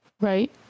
Right